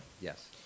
Yes